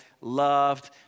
loved